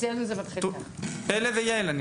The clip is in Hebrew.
בפל"א ויע"ל אנחנו